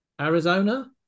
Arizona